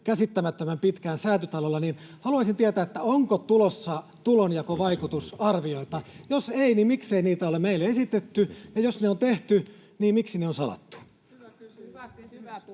käsittämättömän pitkään Säätytalolla. Haluaisin tietää, onko tulossa tulonjakovaikutusarvioita. Jos ei, niin miksei niitä ole meille esitetty? Ja jos ne on tehty, niin miksi ne on salattu? [Speech